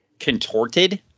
Contorted